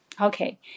Okay